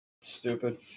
Stupid